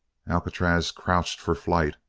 alcatraz crouched for flight.